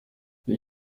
les